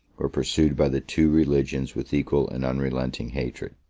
were pursued by the two religions with equal and unrelenting hatred.